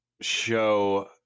show